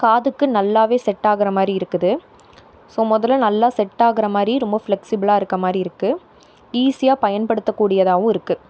காதுக்கு நல்லா செட்டாகிற மாதிரி இருக்குது ஸோ முதல்ல நல்லா செட் ஆகிற மாதிரி ரொம்ப ஃபிளக்ஸிபிலா இருக்க மாதிரி இருக்கு ஈஸியாக பயன்படுத்தக்கூடியதாகவும் இருக்கு